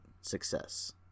success